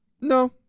No